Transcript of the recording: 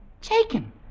Taken